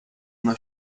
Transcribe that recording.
una